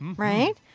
right.